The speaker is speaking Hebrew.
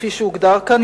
כפי שהוגדר כאן,